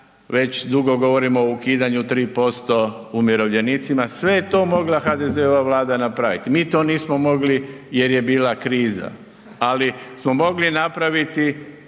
već dugo govorimo o ukidanju 3% umirovljenicima, sve je to mogla HDZ-ova Vlada napraviti. Mi to nismo mogli jer je bila kriza, ali smo mogli napraviti